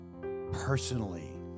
personally